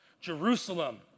Jerusalem